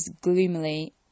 gloomily